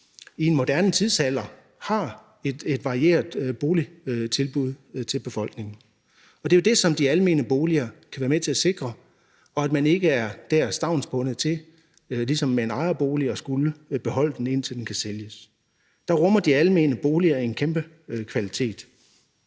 i en moderne tidsalder har et varieret boligtilbud til befolkningen, og det er jo det, som de almene boliger kan være med til at sikre, bl.a. ved at man ikke, ligesom det gælder med en ejerbolig, er stavnsbundet til at skulle beholde den, indtil den kan sælges. Der rummer de almene boliger en kæmpe kvalitet.